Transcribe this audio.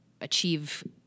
achieve